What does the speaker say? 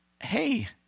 hey